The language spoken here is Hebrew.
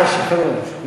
עד השחרור.